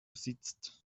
sitzt